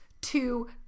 two